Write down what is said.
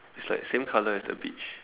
it's like same color as the beach